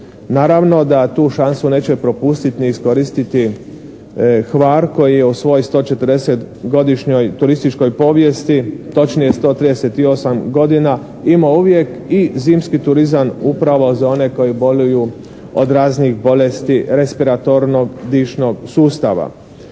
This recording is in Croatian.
Naravno da tu šansu neće propustiti ni iskoristiti Hvar koji je u svojoj 140 godišnjoj turističkoj povijesti, točnije 138 godina ima uvijek i zimski turizam upravo za one koji boluju od raznih bolesti respiratornog dišnog sustava.